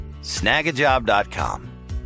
snagajob.com